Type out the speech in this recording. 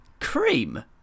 Cream